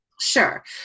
Sure